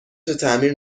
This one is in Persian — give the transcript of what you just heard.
تعمیر